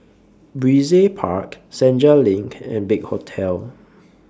Brizay Park Senja LINK and Big Hotel